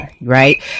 right